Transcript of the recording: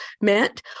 meant